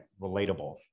relatable